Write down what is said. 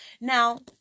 Now